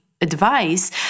advice